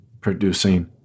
producing